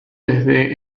desde